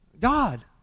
God